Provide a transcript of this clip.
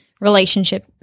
relationship